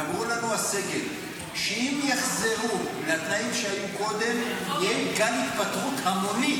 ואמרו לנו הסגל שאם יחזרו לתנאים שהיו קודם יהיה גל התפטרות המונית